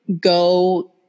Go